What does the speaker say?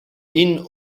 ihn